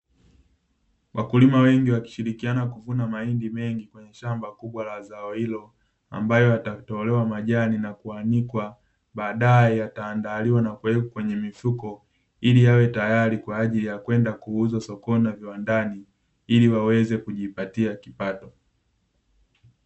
Wakulima wengi wakishirikiana kuvuna mahindi mengi kwenye shamba kubwa la zao hilo, ambayo yatatolewa majani na kuanikwa, baadaye yataandaliwa na kuwekwa kwenye mifuko ili yawe tayari kwa ajili ya kwenda kuuzwa sokoni na viwandani ili waweze kujipatia kipato.